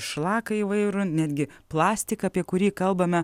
šlaką įvairų netgi plastiką apie kurį kalbame